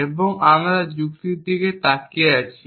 এবং আমরা যুক্তির দিকে তাকিয়ে আছি